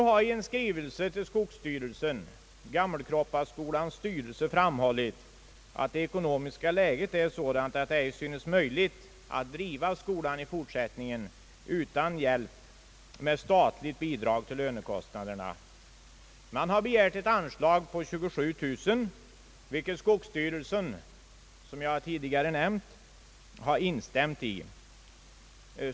I en skrivelse till skogsstyrelsen har Gammelkroppaskolans styrelse framhållit, att det ekonomiska läget är sådant att det ej synes möjligt att driva skolan i fortsättningen utan hjälp av statligt bidrag till lönekostnaderna. Skolan har begärt ett anslag på 27 000 kronor, vilket skogsstyrelsen, som jag tidigare nämnt, har tillstyrkt.